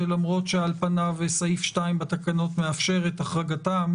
שלמרות שעל פניו סעיף 2 בתקנות מאפשר את החרגתם,